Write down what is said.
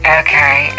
okay